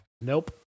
Nope